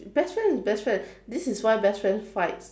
best friend best friend this is why best friends fight